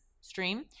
stream